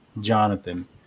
Jonathan